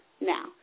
Now